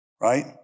Right